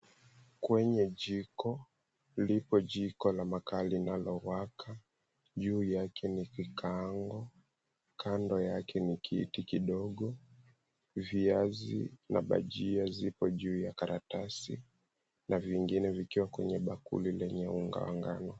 Kwenye jiko, lipo jiko la makaa linalowaka. Juu yake ni vikaango, kando yake ni kiti kidogo. Viazi na bajia zipo juu ya karatasi, na vingine vikiwa kwenye bakuli lenye unga wa ngano.